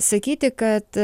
sakyti kad